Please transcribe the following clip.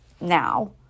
now